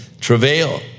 travail